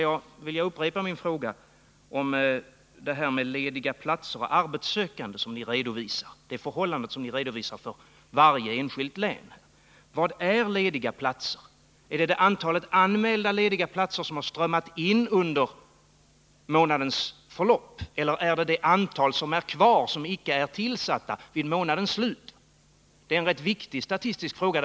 Jag vill sedan upprepa min fråga med anledning av er redovisning om förhållandet i fråga om lediga platser och arbetssökande i varje enskilt län. Vad menar ni med lediga platser? Avser ni det antal anmälda lediga platser som har strömmat in under månadens lopp, eller menar ni det antal platser som är kvar, dvs. som inte har blivit tillsatta vid månadens slut? Det är en ganska viktig statistisk fråga.